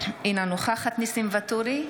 אינה נוכחת ניסים ואטורי,